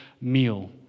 meal